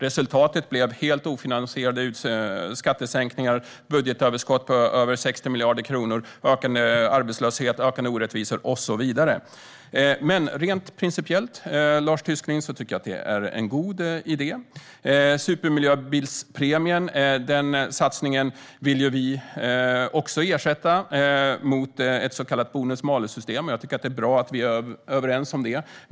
Resultatet blev helt ofinansierade skattesänkningar, ett budgetunderskott på över 60 miljarder kronor, ökande arbetslöshet, ökande orättvisor och så vidare. Rent principiellt, Lars Tysklind, tycker jag dock att skatteväxling är en god idé. Satsningen på supermiljöbilspremien vill också vi ersätta med ett så kallat bonus-malus-system. Jag tycker att det är bra att vi är överens om det.